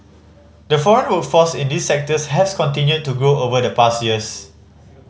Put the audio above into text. the foreign workforce in these sectors has continued to grow over the past years